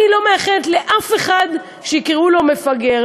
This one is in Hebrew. אני לא מאחלת לאף אחד שיקראו לו מפגר,